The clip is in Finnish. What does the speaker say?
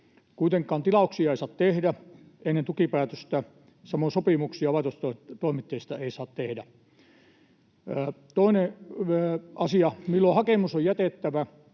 Kuitenkaan tilauksia ei saada tehdä ennen tukipäätöstä, samoin sopimuksia laitostoimittajista ei saa tehdä. Kolmas asia: siinä, milloin hakemus on jätettävä,